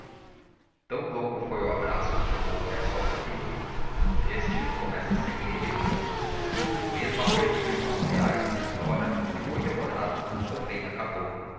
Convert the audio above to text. tão longo foi o abraço que tomou o resto ao capítulo este começa sem ele nem outro o mesmo aperto de mão de aires e flora se foi demorado também acabou